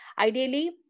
Ideally